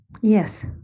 yes